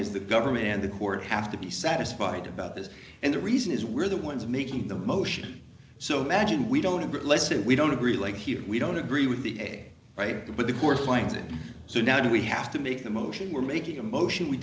is the government and the court have to be satisfied about this and the reason is we're the ones making the motion so imagine we don't agree let's say we don't agree like here we don't agree with the a right to but the court appointed so now we have to make a motion we're making a motion we